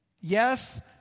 Yes